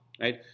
Right